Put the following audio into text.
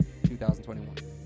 2021